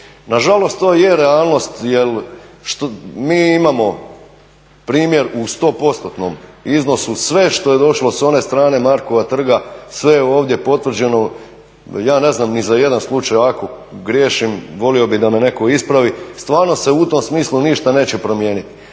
Nažalost to i je realnost jer mi imamo primjer u 100%-tnom iznosu sve što je došlo s one strane Markova trga sve je ovdje potvrđeno. Ja ne znam ni za jedan slučaj, ako griješim volio bih da me netko ispravi, stvarno se u tome smislu ništa neće promijeniti